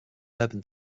urban